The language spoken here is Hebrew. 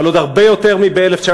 אבל עוד הרבה יותר מב-1967,